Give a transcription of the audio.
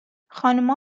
خانوما